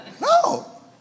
No